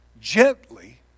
gently